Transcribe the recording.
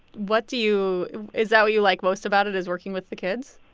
what do you is that what you like most about it, is working with the kids?